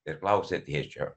ir klausia tėčio